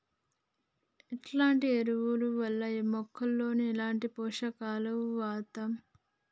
ఎట్లాంటి ఎరువుల వల్ల మొక్కలలో ఎట్లాంటి పోషకాలు వత్తయ్?